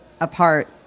apart